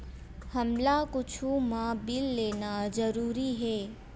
हमला कुछु मा बिल लेना जरूरी हे?